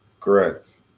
Correct